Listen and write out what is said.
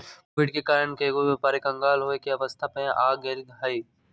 Covid के कारण कएगो व्यापारी क़ँगाल होये के अवस्था पर आ गेल हइ